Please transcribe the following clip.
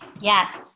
Yes